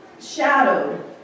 shadowed